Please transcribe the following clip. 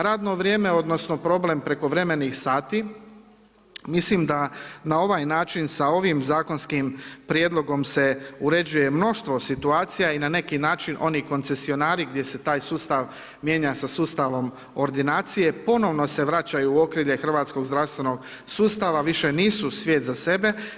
Radno vrijeme, odnosno, problem prekovremenih sati, mislim da na ovaj način, sa ovim zakonskim prijedlogom se uređuje mnoštvo situacija i na neki način oni koncesionari, gdje se taj sustav mijenja sa sustavom ordinacije, ponovno se vraćaju u okviru hrvatskog zdravstvenog sustava, više nisu svijet za sebe.